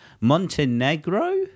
Montenegro